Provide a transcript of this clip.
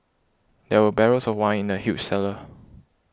there were barrels of wine in the huge cellar